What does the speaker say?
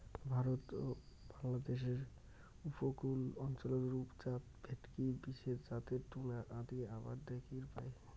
ভারত ও বাংলাদ্যাশের উপকূল অঞ্চলত রূপচাঁদ, ভেটকি বিশেষ জাতের টুনা আদি আবাদ দ্যাখির পাই